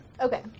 Okay